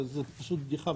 זו פשוט בדיחה,